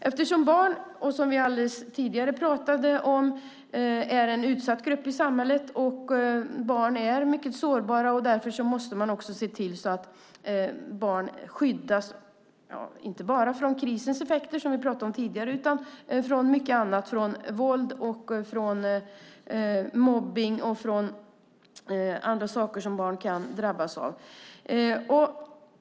Eftersom barn är en utsatt och sårbar grupp i samhället, vilket vi pratade om tidigare, måste man också se till att barn skyddas inte bara från krisens effekter utan från mycket annat - våld, mobbning och andra saker som barn kan drabbas av.